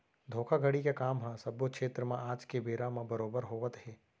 धोखाघड़ी के काम ह सब्बो छेत्र म आज के बेरा म बरोबर होवत हे